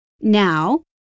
Now